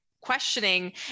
questioning